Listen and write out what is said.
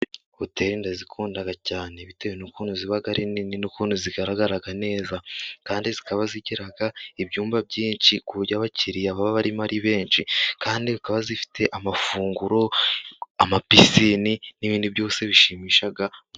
Hoteli ndazikunda cyane bitewe n'ukuntu ziba ari nini n'ukuntu zigaragara neza kandi zikaba zigira ibyumba byinshi ku buryo abakiriya baba barimo ari benshi kandi zikaba zifite amafunguro, amapisine, n'ibindi byose bishimisha.